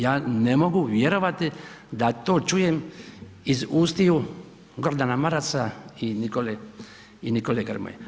Ja ne mogu vjerovati da to čujem iz ustiju Gordana Marasa i Nikole, Nikole Grmoje.